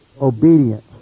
obedience